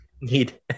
Need